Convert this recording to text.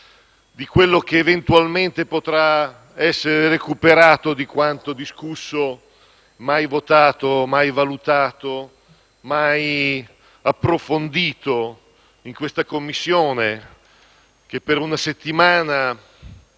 di quello che eventualmente potrà essere recuperato di quanto discusso, mai votato, mai valutato, mai approfondito nella Commissione bilancio, che per una settimana